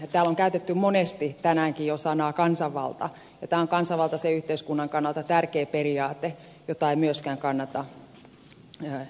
täällä on käytetty monesti tänäänkin jo sanaa kansanvalta ja tämä on kansanvaltaisen yhteiskunnan kannalta tärkeä periaate jota ei myöskään kannata heikentää